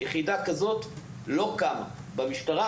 יחידה כזו לא קמה במשטרה,